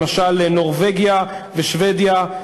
למשל נורבגיה ושבדיה,